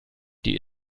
die